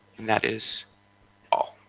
and that is all,